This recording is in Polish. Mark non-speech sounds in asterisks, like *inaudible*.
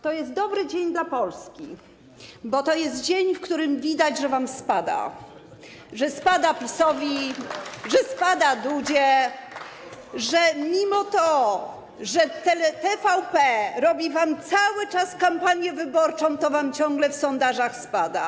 To jest dobry dzień dla Polski, bo to jest dzień, w którym widać, że wam spada, że spada PiS-owi, *applause* że spada Dudzie, że mimo że TVP robi wam cały czas kampanię wyborczą, to wam ciągle w sondażach spada.